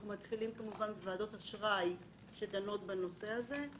אנחנו מתחילים בוועדות אשראי שדנות בנושא הזה,